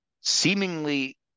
seemingly